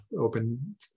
open